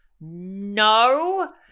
No